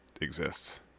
exists